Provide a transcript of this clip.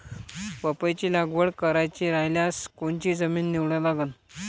पपईची लागवड करायची रायल्यास कोनची जमीन निवडा लागन?